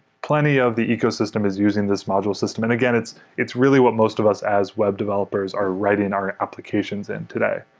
plenty of the ecosystem is using this module system. and again, it's it's really what most of us as web developers are writing our applications in today.